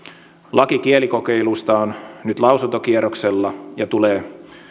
laki kielikokeilusta on nyt lausuntokierroksella ja tulee